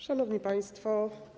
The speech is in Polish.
Szanowni Państwo!